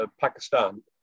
Pakistan